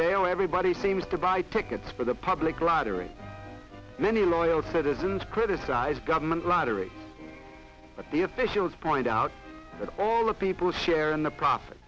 montevideo everybody seems to buy tickets for the public lottery many loyal citizens criticize government lottery but the officials point out that all the people share in the profit